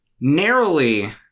narrowly